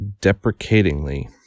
deprecatingly